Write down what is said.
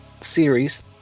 series